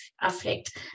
affect